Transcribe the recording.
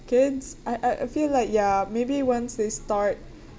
kids I I feel like ya maybe once they start